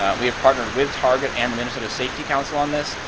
ah we have partnered with target and the and sort of safety council on this.